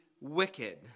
wicked